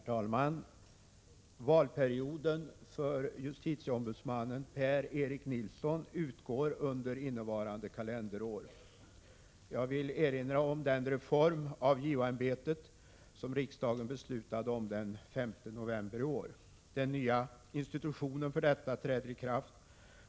Herr talman! Valperioden för justitieombudsmannen Per-Erik Nilsson utgår under innevarande kalenderår. Jag vill erinra om den reform av JO-ämbetet som riksdagen beslutade om den 5 november i år. Den nya institutionen för detta träder i kraft